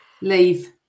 leave